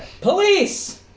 Police